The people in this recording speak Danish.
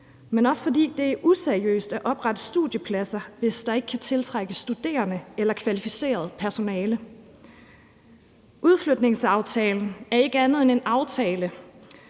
men også fordi det er useriøst at oprette studiepladser, hvis der ikke kan tiltrækkes studerende eller kvalificeret personale. Udflytningsaftalen er ikke andet end en aftale,